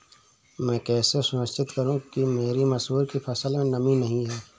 मैं कैसे सुनिश्चित करूँ कि मेरी मसूर की फसल में नमी नहीं है?